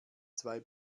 zwei